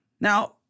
Now